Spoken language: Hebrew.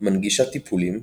מנגישה טיפולים,